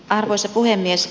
arvoisa puhemies